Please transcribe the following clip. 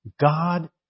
God